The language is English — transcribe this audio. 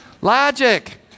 Logic